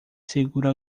seguro